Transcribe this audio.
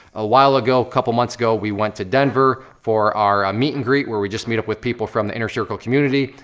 a while ago, couple months ago, we went to denver for our ah meet and greet when we just meet up with people from the inner circle community.